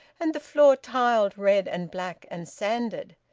and the floor tiled red-and-black and sanded.